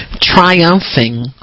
triumphing